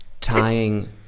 tying